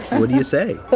what do you say? but